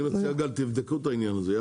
אני מציע שתבדקו את העניין הזה.